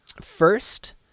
first